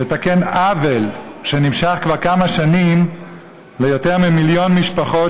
לתקן עוול שנמשך כבר כמה שנים ליותר ממיליון משפחות,